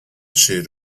czy